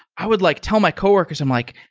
i would like tell my coworkers, i'm like,